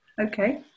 okay